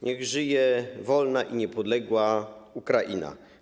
Niech żyje wolna i niepodległa Ukraina.